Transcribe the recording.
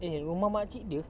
eh rumah mak cik dia